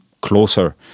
closer